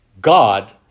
God